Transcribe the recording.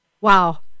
Wow